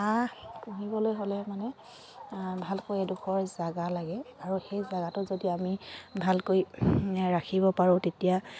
হাঁহ পুহিবলৈ হ'লে মানে ভালকৈ এডোখৰ জাগা লাগে আৰু সেই জাগাটো যদি আমি ভালকৈ ৰাখিব পাৰোঁ তেতিয়া